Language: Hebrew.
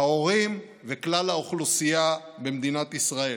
ההורים וכלל האוכלוסייה במדינת ישראל.